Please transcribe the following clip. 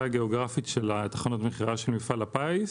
הגיאוגרפית של תחנות המכירה של מפעל הפיס,